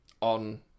on